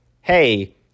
hey